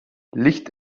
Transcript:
licht